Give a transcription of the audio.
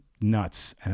Nuts